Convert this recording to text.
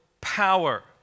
power